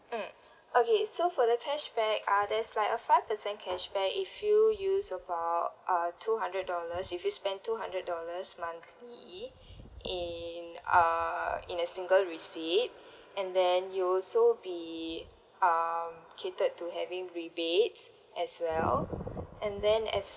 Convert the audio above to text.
mm okay so for the cashback uh there's like a five percent cashback if you use about uh two hundred dollars if you spend two hundred dollars monthly in uh in a single receipt and then you'll also be um catered to having rebates as well and then as